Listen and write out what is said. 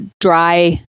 dry